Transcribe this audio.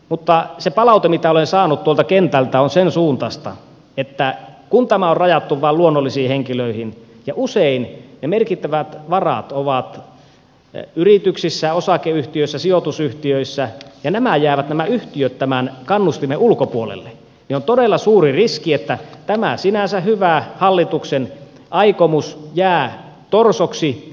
mutta se palaute mitä olen saanut tuolta kentältä on sen suuntaista että kun tämä on rajattu vain luonnollisiin henkilöihin ja usein ne merkittävät varat ovat yrityksissä osakeyhtiöissä sijoitusyhtiöissä ja nämä yhtiöt jäävät tämän kannustimen ulkopuolelle niin on todella suuri riski että tämä hallituksen sinänsä hyvä aikomus jää torsoksi